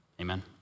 Amen